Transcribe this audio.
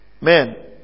man